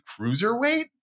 cruiserweight